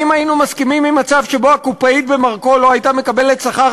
האם היינו מסכימים למצב שהקופאית במרכול לא הייתה מקבלת שכר